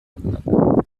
однако